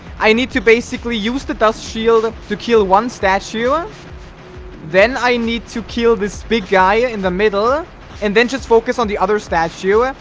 i need to basically use the dust shield to kill one statue then i need to kill this big guy in the middle and then just focus on the other statue,